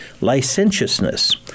Licentiousness